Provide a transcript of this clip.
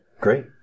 great